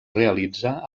realitza